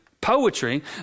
poetry